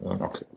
Okay